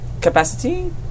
capacity